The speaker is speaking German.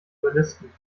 überlisten